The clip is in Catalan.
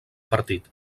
partit